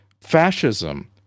fascism